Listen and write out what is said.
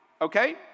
Okay